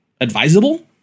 Advisable